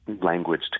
language